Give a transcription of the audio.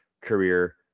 career